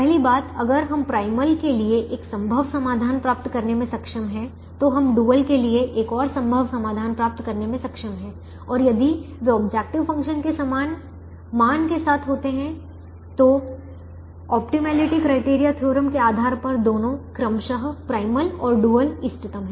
पहली बात अगर हम प्राइमल के लिए एक संभव समाधान प्राप्त करने में सक्षम हैं तो हम डुअल के लिए एक और संभव समाधान प्राप्त करने में सक्षम हैं और यदि वे ऑब्जेक्टिव फ़ंक्शन के समान मान के साथ होते हैं तो ऑप्टिमैलिटी क्राइटेरिया थ्योरम के आधार पर दोनों क्रमशः प्राइमल और डुअल इष्टतम हैं